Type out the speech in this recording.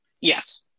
yes